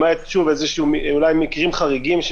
למעט אולי מקרים חריגים,